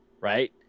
right